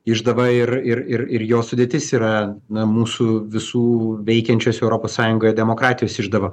išdava ir ir ir ir jos sudėtis yra na mūsų visų veikiančios europos sąjungoje demokratijos išdava